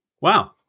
Wow